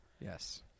yes